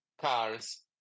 cars